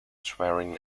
schwerin